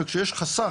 וכשיש חסך,